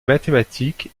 mathématiques